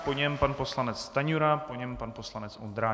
Po něm pan poslanec Stanjura, po něm pan poslanec Ondráček.